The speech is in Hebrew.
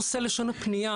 נושא לשון הפנייה,